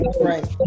right